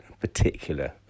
particular